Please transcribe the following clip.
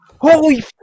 Holy